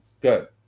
good